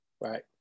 Right